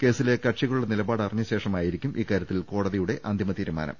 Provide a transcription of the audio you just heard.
കേസിലെ കക്ഷികളുടെ നിലപാട് അറിഞ്ഞ ശേഷമായിരിക്കും ഇക്കാര്യത്തിൽ കോടതിയുടെ അന്തിമ തീരുമാനം